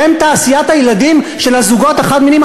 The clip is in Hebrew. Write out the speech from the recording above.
שהן תעשיית הילדים של הזוגות החד-מיניים?